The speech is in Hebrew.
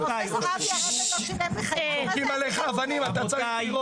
יורים עליך, אתה צריך לירות.